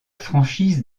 franchise